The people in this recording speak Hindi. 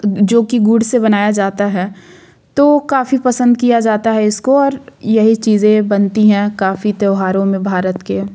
जो कि गुड़ से बनाया जाता है तो काफ़ी पसंद किया जाता है इसको और यही चीज़ें बनती हैं काफ़ी त्योहारों में भारत के